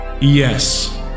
Yes